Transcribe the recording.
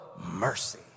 mercy